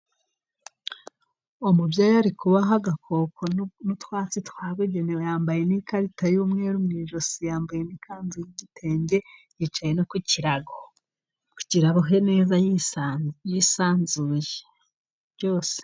Umubyeyi ari kubahoha agakoko n'utwatsi twabugenewe ,yambaye n'ikarita y'umweru mu ijosi, yambaye ikanzu y'igitenge, yicaye ku kirago kugira ngo abohe neza yisanzuye byose.